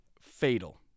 fatal